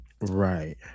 right